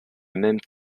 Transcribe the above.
même